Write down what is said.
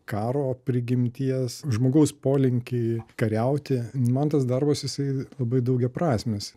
karo prigimties žmogaus polinkį kariauti man tas darbas jisai labai daugiaprasmis